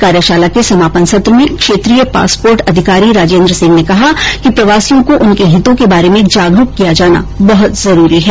कार्यषाला के समापन सत्र में क्षेत्रीय पासपोर्ट अधिकारी राजेन्द्र सिंह ने कहा कि प्रवासियों को उनके हितों के बारे में जागरूक किया जाना बहत जरूरी है